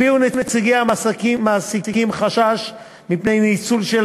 הביעו נציגי המעסיקים חשש מפני ניצול של